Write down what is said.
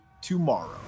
tomorrow